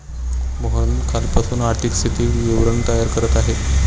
मोहन कालपासून आर्थिक स्थिती विवरण तयार करत आहे